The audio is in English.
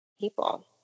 people